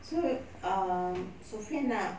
so um sofian nak